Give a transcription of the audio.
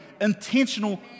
Intentional